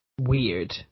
weird